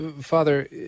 Father